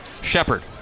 Shepard